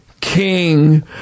king